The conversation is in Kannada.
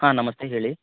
ಹಾಂ ನಮಸ್ತೆ ಹೇಳಿ